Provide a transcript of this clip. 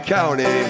County